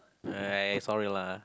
alright sorry lah